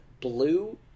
Blue